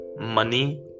money